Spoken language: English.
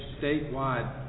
statewide